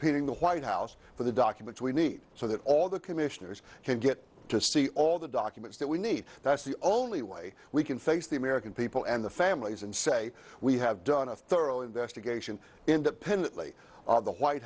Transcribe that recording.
aing the white house for the documents we need so that all the commissioners can get to see all the documents that we need that's the only way we can face the american people and the families and say we have done a thorough investigation independently of the white